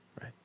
Right